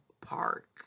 Park